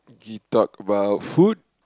he talk about food